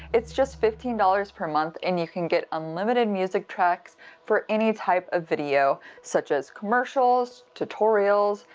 it's just fifteen dollars per month and you can get unlimited music tracks for any type of video, such as commercials, tutorials,